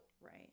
right